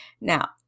now